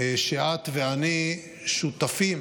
שאת ואני שותפים